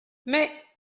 mais